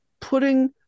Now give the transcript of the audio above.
putting